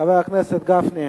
חבר הכנסת גפני,